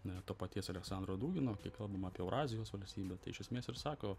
na to paties aleksandro dūmino kai kalbam apie eurazijos valstybę tai iš esmės ir sako